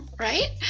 Right